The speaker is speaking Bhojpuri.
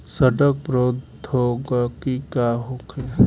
सड़न प्रधौगकी का होखे?